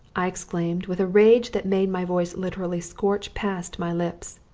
i exclaimed with a rage that made my voice literally scorch past my lips.